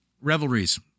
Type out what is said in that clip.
revelries